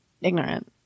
ignorant